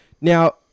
Now